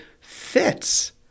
fits